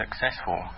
successful